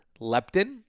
leptin